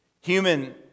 Human